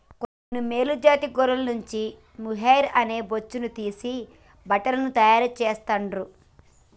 కొన్ని మేలు జాతి గొర్రెల నుండి మొహైయిర్ అనే బొచ్చును తీసి బట్టలను తాయారు చెస్తాండ్లు